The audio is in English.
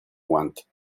want